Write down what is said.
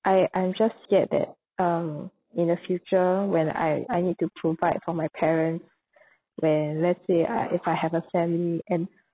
I I'm just scared that um in the future when I I need to provide for my parents where let's say I if I have a family and